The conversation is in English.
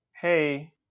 hey